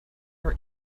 her